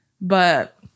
But-